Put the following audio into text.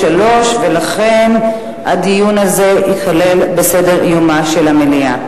3. לכן הנושא הזה ייכלל בסדר-יומה של המליאה.